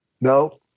no